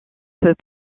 peut